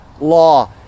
law